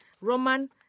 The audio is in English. Roman